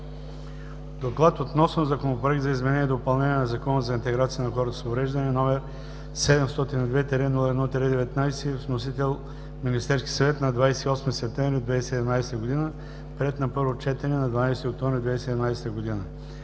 „Доклад относно Законопроект за изменение и допълнение на Закона за интеграция на хората с увреждания, № 702-01-19, внесен от Министерския съвет на 28 септември 2017 г., приет на първо четене на 12 октомври 2017 г.